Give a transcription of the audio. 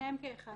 על שניהם כאחד.